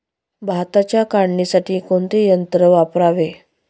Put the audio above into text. भाताच्या काढणीसाठी कोणते यंत्र वापरावे?